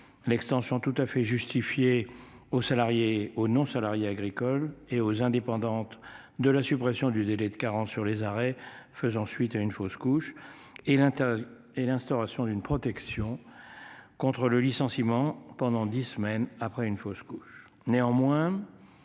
l'extension tout à fait justifiée aux salariés ou non salariés agricoles et aux indépendante de la suppression du délai de carence sur les arrêts, faisant suite à une fausse couche et l'intérêt et l'instauration d'une protection. Contre le licenciement pendant 10 semaines après une fausse couche